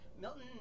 Milton